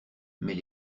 mais